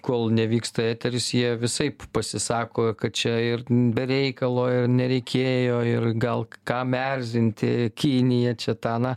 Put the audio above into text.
kol nevyksta eteris jie visaip pasisako kad čia ir be reikalo ir nereikėjo ir gal kam erzinti kiniją čia tą aną